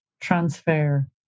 transfer